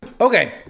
Okay